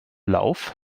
lauf